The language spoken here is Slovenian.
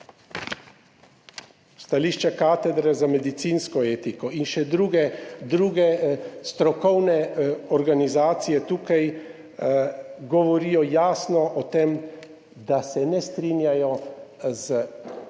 Stališča Katedre za medicinsko etiko in še druge strokovne organizacije tukaj govorijo jasno o tem, da se ne strinjajo s tem kar vi